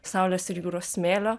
saulės ir jūros smėlio